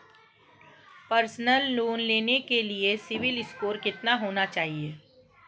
Personal loan लेने के लिए सिबिल स्कोर कितना होना चाहिए?